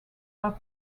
are